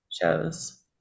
shows